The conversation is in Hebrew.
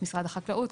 משרד החקלאות,